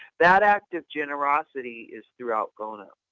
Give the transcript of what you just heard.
that act of generosity is throughout gona.